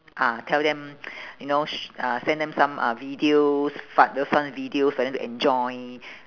ah tell them you know sh~ uh send them some uh videos fat those funny videos for them to enjoy